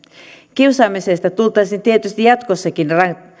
kiusaamisesta tultaisiin tietysti jatkossakin